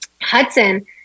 Hudson